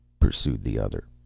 pursued the other.